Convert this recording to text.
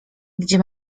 gdzie